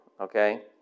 okay